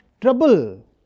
trouble